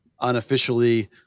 unofficially